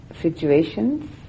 situations